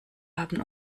haben